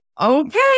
okay